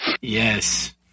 Yes